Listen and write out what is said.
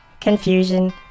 confusion